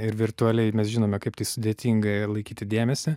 ir virtualiai mes žinome kaip tai sudėtinga laikyti dėmesį